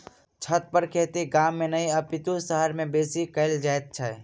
छतपर खेती गाम मे नहि अपितु शहर मे बेसी कयल जाइत छै